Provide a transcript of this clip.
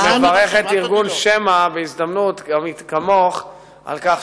כי מצד אחד היא נתונה תחת פיקוח הצבא כמו כל ערי העימות,